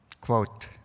Quote